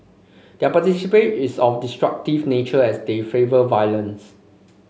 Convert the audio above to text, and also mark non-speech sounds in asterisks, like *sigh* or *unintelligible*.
their *unintelligible* is of destructive nature as they favour violence